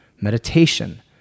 Meditation